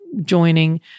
joining